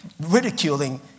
ridiculing